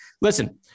listen